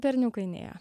berniukai nėjo